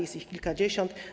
Jest ich kilkadziesiąt.